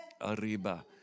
Arriba